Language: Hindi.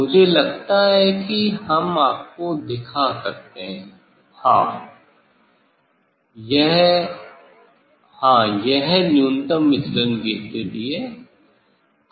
मुझे लगता है कि हम आपको दिखा सकते हैं हाँ यह है हाँ यह न्यूनतम विचलन की स्थिति है